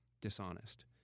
dishonest